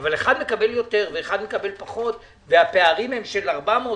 אבל אחד מקבל יותר והשני מקבל פחות והפערים של 400%-500%-600%?